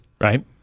right